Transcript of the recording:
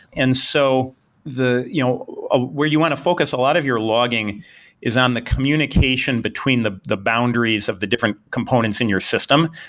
and so you know where you want to focus a lot of your logging is on the communication between the the boundaries of the different components in your system.